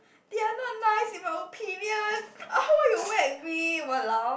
they are not nice in my opinion why you whack me !walao!